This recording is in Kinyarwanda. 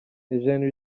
eugene